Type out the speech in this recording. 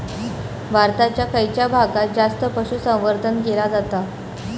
भारताच्या खयच्या भागात जास्त पशुसंवर्धन केला जाता?